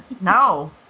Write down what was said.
No